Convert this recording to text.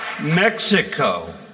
Mexico